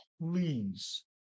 please